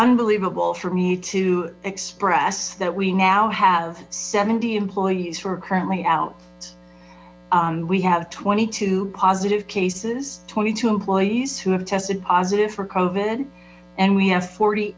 unbelievable for me to express that we now have seventy employees currently out we have twenty two positive cases twenty two employees who have tested positive recovered and we have forty